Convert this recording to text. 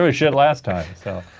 ah shit last time, so.